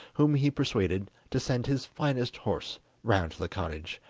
whom he persuaded to send his finest horse round to the cottage,